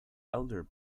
elder